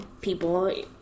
people